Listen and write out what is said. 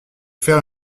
faire